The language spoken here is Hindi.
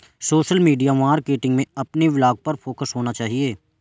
सोशल मीडिया मार्केटिंग में अपने ब्लॉग पर फोकस होना चाहिए